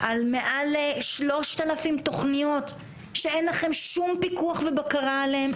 על מעל 3,000 תוכניות שאין לכם שום פיקוח ובקרה עליהן,